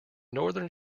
northern